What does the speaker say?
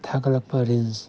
ꯊꯥꯒꯠꯂꯛꯄ reels